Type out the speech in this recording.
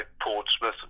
Portsmouth